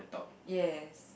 yes